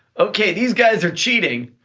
okay, these guys are cheating,